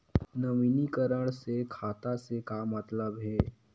नवीनीकरण से खाता से का मतलब हे?